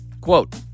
Quote